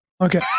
okay